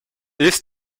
this